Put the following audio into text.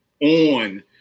on